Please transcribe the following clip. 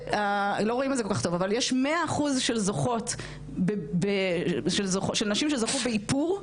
יש מאה אחוז של נשים שזכו באיפור וליהוק,